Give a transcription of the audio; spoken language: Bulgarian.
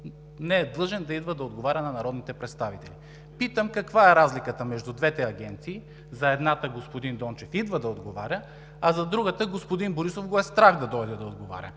не е длъжен да идва да отговаря на народните представители. Питам: каква е разликата между двете агенции? За едната господин Дончев идва да отговаря, а за другата господин Борисов го е страх да дойде да отговаря!?